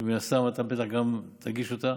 שמן הסתם אתה בטח גם תגיש אותה.